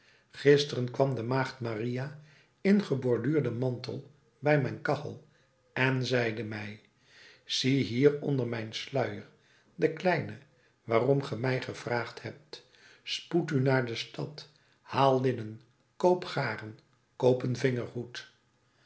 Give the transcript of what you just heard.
gisteren kwam de maagd maria in geborduurden mantel bij mijn kachel en zeide mij ziehier onder mijn sluier de kleine waarom ge mij gevraagd hebt spoed u naar de stad haal linnen koop garen koop een